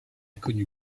connu